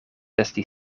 esti